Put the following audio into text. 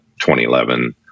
2011